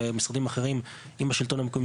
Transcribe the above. ומשרדים אחרים עם השלטון המקומי,